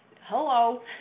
Hello